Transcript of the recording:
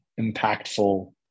impactful